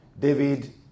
David